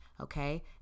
Okay